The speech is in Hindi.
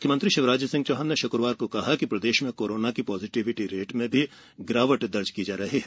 मुख्यमंत्री शिवराज सिंह चौहान ने शुक्रवार को कहा कि प्रदेश में कोरोना की पॉजिटिविटी रेट में भी गिरावट दर्ज की जा रही है